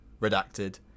Redacted